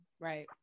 Right